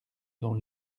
dont